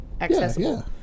accessible